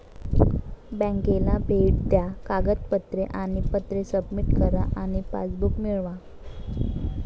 बँकेला भेट द्या कागदपत्रे आणि पत्रे सबमिट करा आणि पासबुक मिळवा